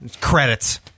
credits